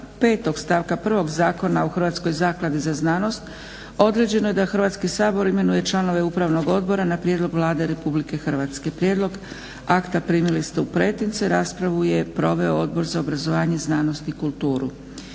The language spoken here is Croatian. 5. stavka prvog Zakona o hrvatskoj zakladi za znanost određeno je da Hrvatski sabor imenuje članove upravnog odbora na prijedlog Vlade RH. Prijedlog akta primili ste u pretince. Raspravu je proveo Odbor za obrazovanje, znanost i kulturu.